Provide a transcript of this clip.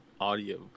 audio